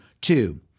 two